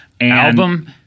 Album